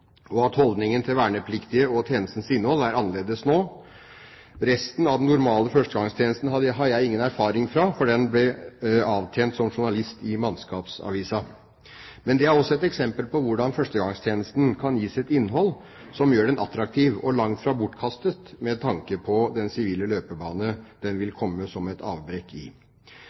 og at holdningen til vernepliktige og tjenestens innhold er annerledes nå. Resten av den normale førstegangstjenesten har jeg ingen erfaring fra, for den ble avtjent som journalist i Mannskapsavisa. Men det er også et eksempel på hvordan førstegangstjenesten kan gis et innhold som gjør den attraktiv og langt fra bortkastet – med tanke på den sivile løpebane den vil komme som et avbrekk i.